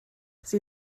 sie